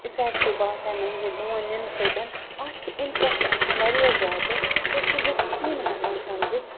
effective باسیٛاو مےٚ یہِ لون نِنہٕ سۭتۍ اَتھ چھِ اِنٹرٛسٹ آسان واریاہ زیادٕ کیٛازِکہِ لُکھ چھی نہٕ ہٮ۪کان سَمجِتھ